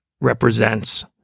represents